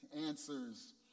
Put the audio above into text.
Answers